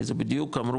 כי זה בדיוק אמרו,